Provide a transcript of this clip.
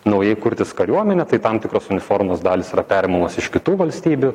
naujai kurtis kariuomenė tai tam tikros uniformos dalys yra perimamos iš kitų valstybių